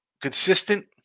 Consistent